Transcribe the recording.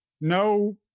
No